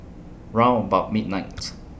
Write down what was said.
round about midnights